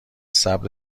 صبر